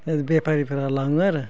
बेपारिफोरा लाङो आरो